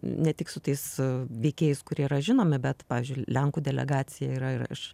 ne tik su tais veikėjais kurie yra žinomi bet pavyzdžiui lenkų delegacija yra ir aš